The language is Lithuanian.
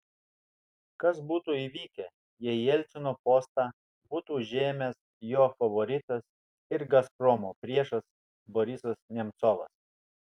kas būtų įvykę jei jelcino postą būtų užėmęs jo favoritas ir gazpromo priešas borisas nemcovas